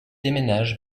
déménage